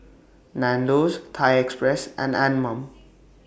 Nandos Thai Express and Anmum